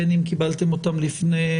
בין אם קיבלתם אותן לפני,